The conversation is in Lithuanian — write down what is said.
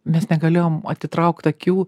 mes negalėjom atitraukt akių